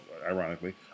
ironically